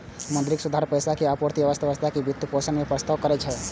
मौद्रिक सुधार पैसा के आपूर्ति आ अर्थव्यवस्था के वित्तपोषण के प्रस्ताव करै छै